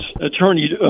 attorney